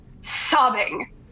sobbing